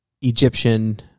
Egyptian